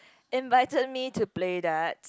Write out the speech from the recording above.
invited me to play dart